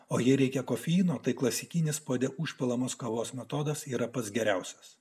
o jei reikia kofeino tai klasikinis puode užpilamos kavos metodas yra pats geriausias